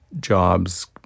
jobs